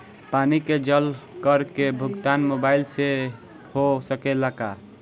पानी के जल कर के भुगतान मोबाइल से हो सकेला का?